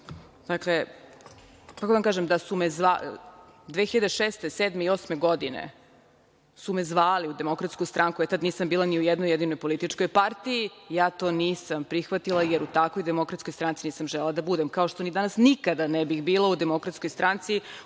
Dakle, da kažem da su me 2006, 2007. i 2008. godine su me zvali u Demokratsku stranku. Ja tada nisam bila ni u jednoj jedinoj političkoj partiji. Ja to nisam prihvatila, jer u takvoj Demokratskoj stranci nisam želela da budem, kao što ni danas nikada ne bih bila u DS u kojoj imate